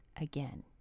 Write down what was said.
again